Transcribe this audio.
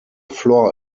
floor